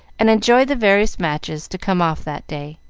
and enjoy the various matches to come off that day.